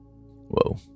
Whoa